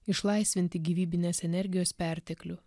išlaisvinti gyvybinės energijos perteklių